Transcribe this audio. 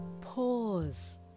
Pause